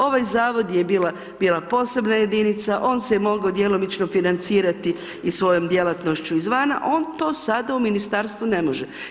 Ovaj zavod je bila posebna jedinica, on se je mogao djelomično financirati i svojom djelatnošću izvana, on to sada u ministarstvu ne može.